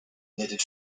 knitted